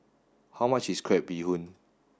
how much is crab bee hoon